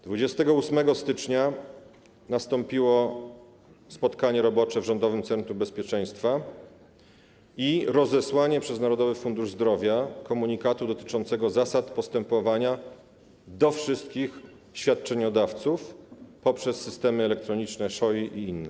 28 stycznia nastąpiło spotkanie robocze w Rządowym Centrum Bezpieczeństwa i rozesłanie przez Narodowy Fundusz Zdrowia komunikatu dotyczącego zasad postępowania do wszystkich świadczeniodawców poprzez systemy elektroniczne SZOI i inne.